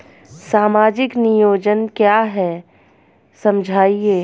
सामाजिक नियोजन क्या है समझाइए?